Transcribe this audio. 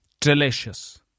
delicious